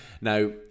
Now